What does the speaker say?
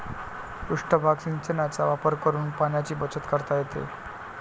पृष्ठभाग सिंचनाचा वापर करून पाण्याची बचत करता येते